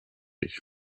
ich